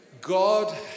God